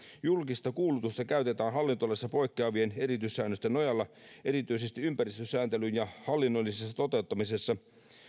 julkista kuulutusta käytetään hallintolaista poikkeavien erityissäännösten nojalla erityisesti ympäristösääntelyn hallinnollisessa toteuttamisessa